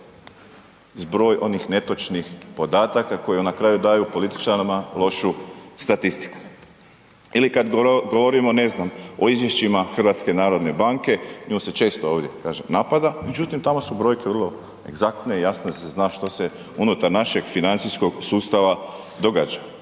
zbroj onih netočnih podataka koje na kraju daju političarima lošu statistiku. Ili kad govorimo, ne znam, izvješćima HNB-a, nju se često kaže, ovdje kažem napada međutim tamo su brojke vrlo egzaktne, jasno se zna što se unutar našeg financijskog sustava događa